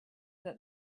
that